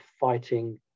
fighting